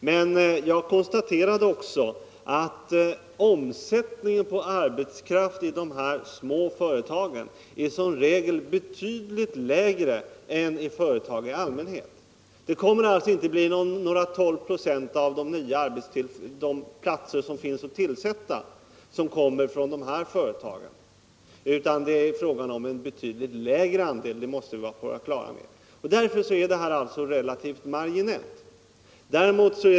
Men jag konstaterade tidigare att omsättningen på arbetskraft i de små företagen som regel är betydligt lägre än i företag i allmänhet. Det kommer alltså inte att bli så att 12 ?6 av de platser som finns att tillsätta kommer från de små företagen. Vi måste vara på det klara med att det är fråga om en betydligt lägre andel. Därför är detta relativt marginellt.